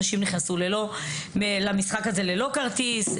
אנשים נכנסו למשחק הזה ללא כרטיס,